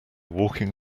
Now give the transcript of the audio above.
walking